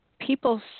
people